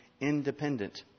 independent